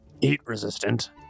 heat-resistant